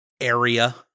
area